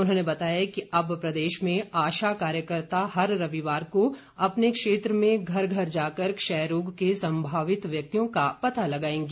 उन्होंने बताया कि अब प्रदेश में आशा कार्यकर्ता हर रविवार को अपने क्षेत्र में घर घर जाकर क्षय रोग के सम्भावित व्यक्तियों का पता लगाएगी